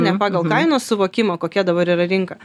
ne pagal kainos suvokimą kokia dabar yra rinka